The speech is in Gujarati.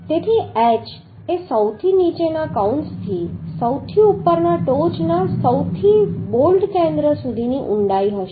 તેથી h એ સૌથી નીચેના કૌંસથી સૌથી ઉપરના ટોચના સૌથી બોલ્ટ કેન્દ્ર સુધીની ઊંડાઈ હશે